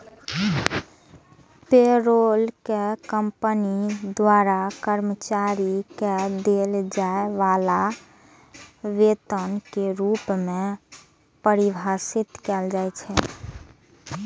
payroll कें company द्वारा कर्मचारी कें देल जाय बला वेतन के रूप मे परिभाषित कैल जाइ छै